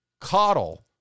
coddle